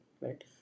right